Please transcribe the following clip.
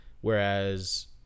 whereas